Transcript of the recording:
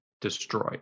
destroyed